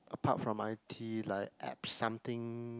apart from I_T like app something